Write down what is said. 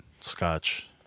scotch